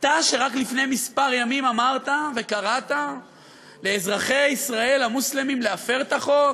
אתה שרק לפני כמה ימים אמרת וקראת לאזרחי ישראל המוסלמים להפר את החוק,